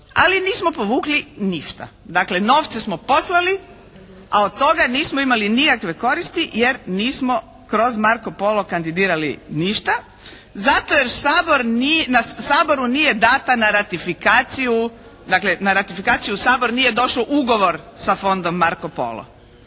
ali nismo povukli ništa. Dakle, novce smo poslali, a od toga nismo imali nikakve koristi jer nismo kroz Marco Polo kandidirali ništa zato jer na Saboru nije data na ratifikaciju, dakle na ratifikaciju u Sabor nije došao ugovor sa Fondom Marco Polo.